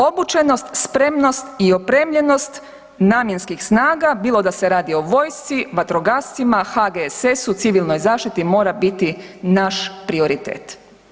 Obučenost, spremnost i opremljenost namjenskih snaga bilo da se radi o vojsci, vatrogascima, HGSS-u, Civilnoj zaštiti mora biti naš prioritet.